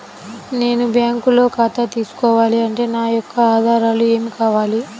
నేను బ్యాంకులో ఖాతా తీసుకోవాలి అంటే నా యొక్క ఆధారాలు ఏమి కావాలి?